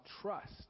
trust